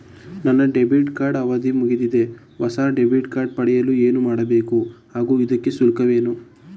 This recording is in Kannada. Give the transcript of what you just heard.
ನನ್ನ ಡೆಬಿಟ್ ಕಾರ್ಡ್ ಅವಧಿ ಮುಗಿದಿದೆ ಹೊಸ ಡೆಬಿಟ್ ಕಾರ್ಡ್ ಪಡೆಯಲು ಏನು ಮಾಡಬೇಕು ಹಾಗೂ ಇದಕ್ಕೆ ಶುಲ್ಕವೇನು?